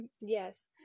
Yes